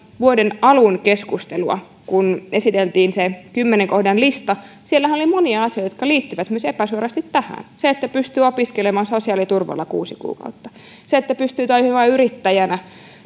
vuoden alun keskustelua kun esiteltiin se kymmenen kohdan lista niin siellähän oli monia asioita jotka liittyivät epäsuorasti myös siihen se että pystyy opiskelemaan sosiaaliturvalla kuusi kuukautta se että pystyy toimimaan yrittäjänä